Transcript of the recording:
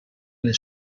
les